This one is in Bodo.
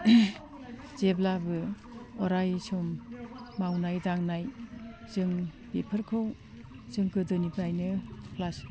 जेब्लाबो अरायसम मावनाय दांनाय जों बेफोरखौ जों गोदोनिफ्रायनो ख्लास